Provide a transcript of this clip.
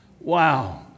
Wow